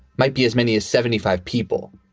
might be as many as seventy five people,